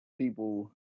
people